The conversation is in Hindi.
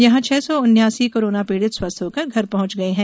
यहां छह सौ उन्यासी कोरोना पीड़ित स्वस्थ होकर घर पहुंच गये हैं